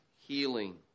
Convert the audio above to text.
healing